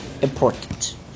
important